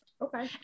Okay